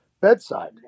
bedside